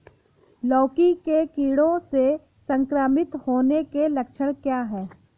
लौकी के कीड़ों से संक्रमित होने के लक्षण क्या हैं?